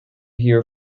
here